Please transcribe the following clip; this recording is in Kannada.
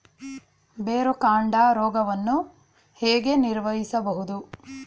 ಬೇರುಕಾಂಡ ರೋಗವನ್ನು ಹೇಗೆ ನಿರ್ವಹಿಸಬಹುದು?